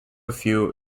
few